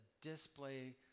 display